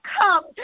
come